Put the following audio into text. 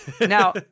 Now